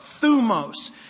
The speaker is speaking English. thumos